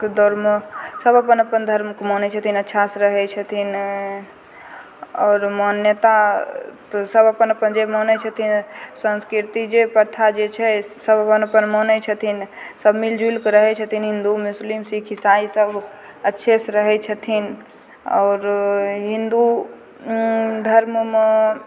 के दौड़मे सब अपन अपन धर्मके मानै छथिन अच्छा सँ रहै छथिन आओर मान्यता तऽ सब अपन अपन जे जे मानै छथिन संस्कृति जे प्रथा जे छै सब अपन अपन मानै छथिन सब मिल जुलि कऽ रहै छथिन हिन्दू मुस्लिम सिक्ख ईसाई सब अच्छे सँ रहै छथिन आओर हिन्दू धर्ममे